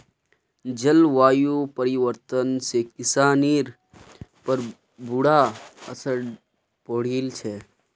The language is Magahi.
जलवायु परिवर्तन से किसानिर पर बुरा असर पौड़ील छे